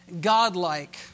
godlike